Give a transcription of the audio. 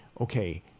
okay